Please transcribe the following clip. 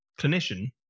clinician